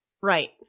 Right